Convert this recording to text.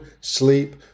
sleep